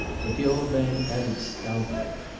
but the old man added stoutly.